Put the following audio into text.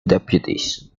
deputies